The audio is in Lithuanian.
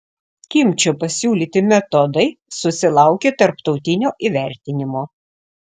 kimčio pasiūlyti metodai susilaukė tarptautinio įvertinimo